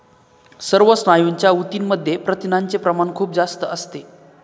सर्व स्नायूंच्या ऊतींमध्ये प्रथिनांचे प्रमाण खूप जास्त असते